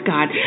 God